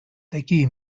такие